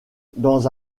dans